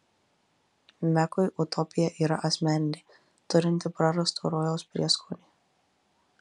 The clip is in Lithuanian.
mekui utopija yra asmeninė turinti prarasto rojaus prieskonį